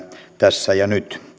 tässä ja